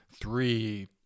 three